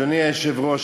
אדוני היושב-ראש,